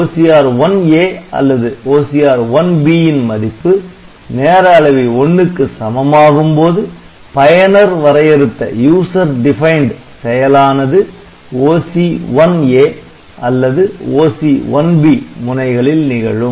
OCR1 A அல்லது OCR1 B ன் மதிப்பு நேர அளவி 1 க்கு சமமாகும் போது பயனர் வரையறுத்த செயலானது OC1A அல்லது OC1B முனைகளில் நிகழும்